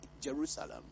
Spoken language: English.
Jerusalem